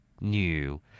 New